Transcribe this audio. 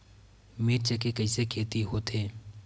मिर्च के कइसे खेती होथे?